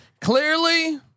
clearly